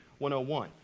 101